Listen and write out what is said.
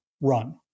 run